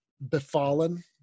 befallen